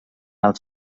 els